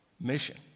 mission